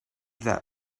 that